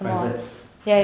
private